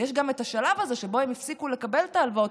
ויש גם את השלב הזה שבו הם הפסיקו לקבל את ההלוואות,